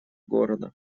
города